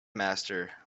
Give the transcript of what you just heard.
master